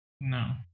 No